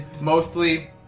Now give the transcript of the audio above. mostly